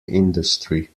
industry